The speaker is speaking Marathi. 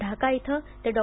ढाका इथं ते डॉ